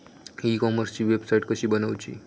E कॉमर्सची website कशी बनवची?